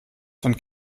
von